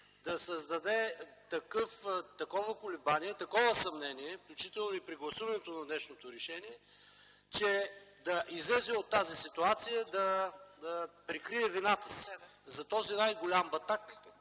да създаде такова колебание, такова съмнение, включително и при гласуването на днешното решение, че да излезе от тази ситуация, да прикрие вината си за този най-голям батак,